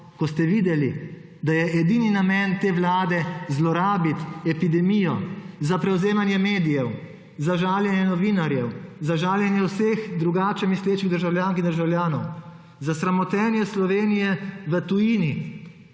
ko ste videli, da je edini namen te Vlade zlorabiti epidemijo za prevzemanje medijev, za žaljenje novinarjev, za žaljenje vseh drugače mislečih državljank in državljanov, za sramotenje Slovenije v tujini,